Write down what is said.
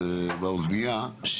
באוזנייה,